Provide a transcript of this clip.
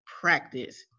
practice